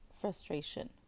frustration